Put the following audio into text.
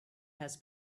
has